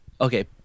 Okay